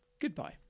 goodbye